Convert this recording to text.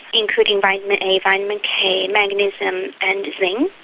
including vitamin a, vitamin k, magnesium and zinc.